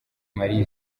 marie